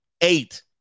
Eight